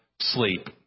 sleep